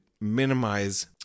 minimize